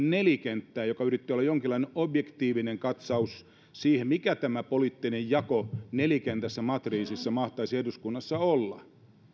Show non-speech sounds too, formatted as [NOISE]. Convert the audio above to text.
[UNINTELLIGIBLE] nelikenttää joka yritti olla jonkinlainen objektiivinen katsaus siihen mikä tämä poliittinen jako nelikentässä matriisissa mahtaisi eduskunnassa olla